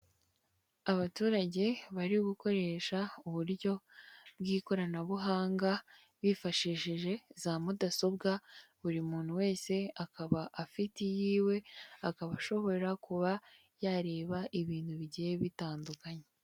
Abaturage bari gukoresha uburyo bw'ikoranabuhanga, bifashishije za mudasobwa, buri muntu wese akaba afite iyiwe, akaba ashobora kuba yareba ibintu bigiye bitandukanye.